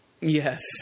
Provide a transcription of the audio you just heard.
Yes